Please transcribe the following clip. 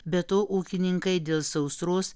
be to ūkininkai dėl sausros